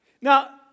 now